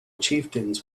chieftains